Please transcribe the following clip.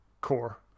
core